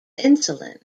insulin